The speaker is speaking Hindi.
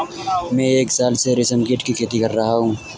मैं एक साल से रेशमकीट की खेती कर रहा हूँ